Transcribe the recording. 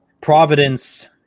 Providence